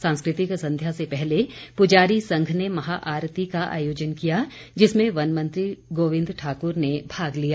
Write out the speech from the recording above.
सांस्कृतिक संध्या से पहले पुजारी संघ ने महा आरती का आयोजन किया जिसमें वन मंत्री गोविंद ठाक्र ने भाग लिया